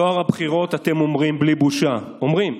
טוהר הבחירות, אתם אומרים בלי בושה, אומרים,